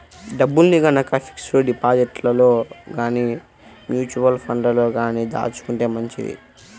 డబ్బుల్ని గనక ఫిక్స్డ్ డిపాజిట్లలో గానీ, మ్యూచువల్ ఫండ్లలో గానీ దాచుకుంటే మంచిది